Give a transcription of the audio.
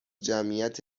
جمعیت